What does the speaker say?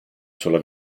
sola